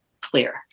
clear